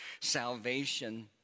salvation